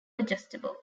adjustable